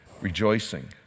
rejoicing